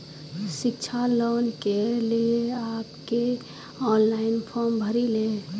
शिक्षा लोन के लिए आप के ऑनलाइन फॉर्म भरी ले?